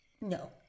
No